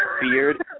beard